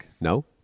No